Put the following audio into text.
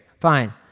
Fine